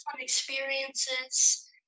experiences